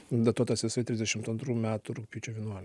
datuotas jisai trisdešimt antrų metų rugpjūčio vienuol